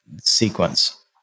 sequence